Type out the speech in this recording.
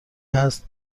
هست